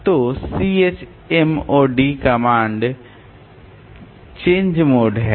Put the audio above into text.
तो chmod command change mode है